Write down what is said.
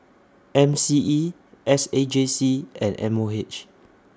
M C E S A J C and M O H